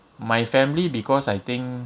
my family because I think